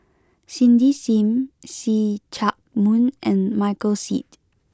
Cindy Sim See Chak Mun and Michael Seet